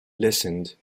listened